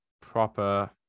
proper